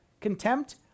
Contempt